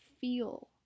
feel